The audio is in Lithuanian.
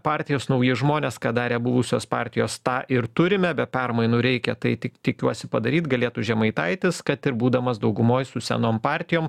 partijos nauji žmonės ką darė buvusios partijos tą ir turime be permainų reikia tai tik tikiuosi padaryt galėtų žemaitaitis kad ir būdamas daugumoj su senom partijom